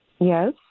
Yes